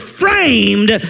framed